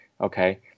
Okay